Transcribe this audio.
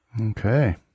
Okay